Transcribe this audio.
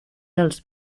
dels